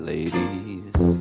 Ladies